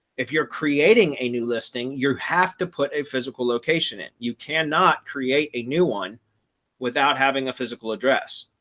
if you're creating a new listing, your have to put a physical location and you cannot create a new one without having a physical address.